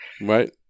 Right